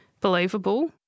believable